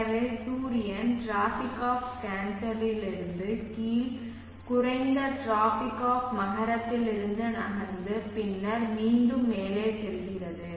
எனவே சூரியன் tropic of கேன்சரிலிருந்து கீழ் குறைந்த டிராபிக் ஆஃப் மகரத்திலிருந்து நகர்ந்து பின்னர் மீண்டும் மேலே செல்கிறது